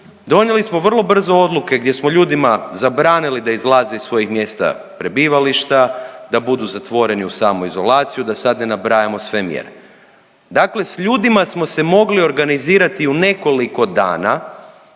Donijeli smo vrlo brzo odluke gdje smo ljudima zabranili iz svojih mjesta prebivališta, da budu zatvoreni u samoizolaciju, da sad ne nabrajamo sve mjere. Dakle s ljudima smo se mogli organizirati u nekoliko dana,